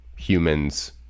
humans